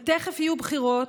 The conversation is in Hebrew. ותכף יהיו בחירות,